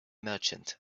merchant